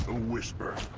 whistler